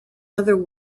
other